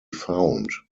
found